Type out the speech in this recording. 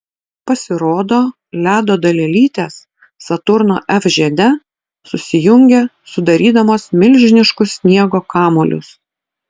pasirodo ledo dalelytės saturno f žiede susijungia sudarydamos milžiniškus sniego kamuolius